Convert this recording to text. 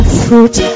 fruit